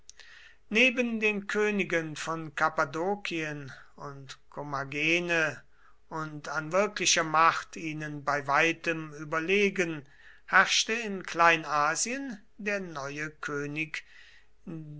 neben den königen von kappadokien und kommagene und an wirklicher macht ihnen bei weitem überlegen herrschte in kleinasien der neue könig